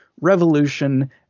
revolution